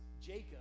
Jacob